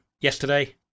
yesterday